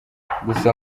gusa